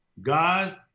God